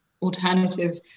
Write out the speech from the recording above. alternative